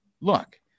Look